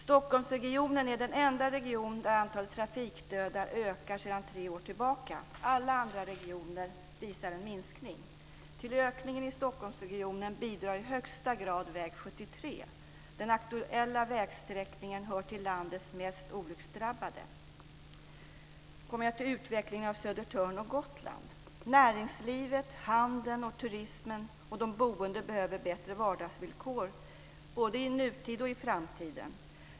Stockholmsregionen är den enda region där antalet trafikdödade ökar sedan tre år tillbaka. Alla andra regioner visar en minskning. Till ökningen i Stockholmsregionen bidrar i högsta grad väg 73. Den aktuella vägsträckan hör till landets mest olycksdrabbade. Jag vill också peka på utvecklingen av Södertörn och Gotland. Näringslivet, handeln, turismen och de boende behöver bättre vardagsvillkor både i nutid och i framtid.